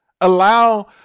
allow